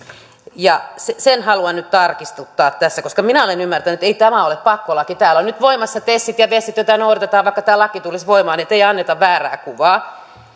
sen haluan nyt tarkistuttaa tässä koska minä olen ymmärtänyt että tämä ei ole pakkolaki täällä ovat nyt voimassa tesit ja vesit joita noudatetaan vaikka tämä laki tulisi voimaan ettei anneta väärää kuvaa